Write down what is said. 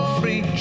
free